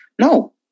No